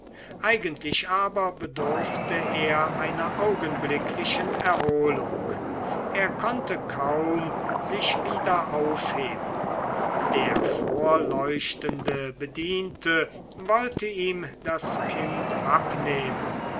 eigentlich aber bedurfte er einer augenblicklichen erholung er konnte kaum sich wieder aufheben der vorleuchtende diener wollte ihm das kind abnehmen